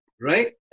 right